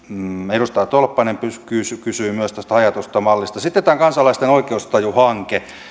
edustaja tolppanen kysyi kysyi myös tästä hajautetusta mallista sitten tämä kansalaisten oikeustajuhanke